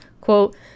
quote